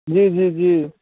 जी जी जी